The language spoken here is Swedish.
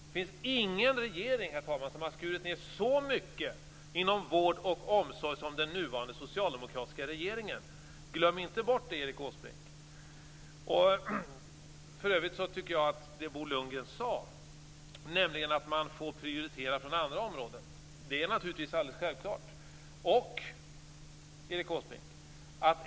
Det finns ingen regering, herr talman, som har skurit ned så mycket inom vård och omsorg som den nuvarande socialdemokratiska regeringen. Glöm inte bort det, Erik Åsbrink! För övrigt tycker jag att det Bo Lundgren sade, nämligen att man får prioritera från andra områden, är alldeles självklart.